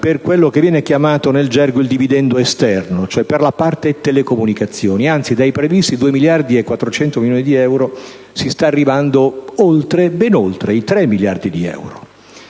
per quello che viene chiamato nel gergo il dividendo esterno, ovvero per la parte telecomunicazione. Dai previsti 2,4 miliardi di euro, si sta arrivando ben oltre i 3 miliardi.